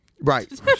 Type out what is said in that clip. right